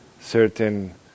certain